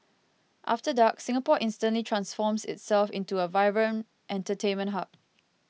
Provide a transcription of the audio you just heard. after dark Singapore instantly transforms itself into a vibrant entertainment hub